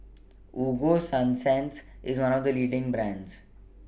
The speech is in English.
Ego Sunsense IS one of The leading brands